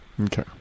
Okay